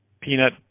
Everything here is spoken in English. peanut